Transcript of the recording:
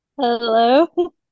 hello